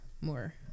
More